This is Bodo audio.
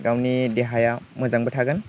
गावनि देहाया मोजांबो थागोन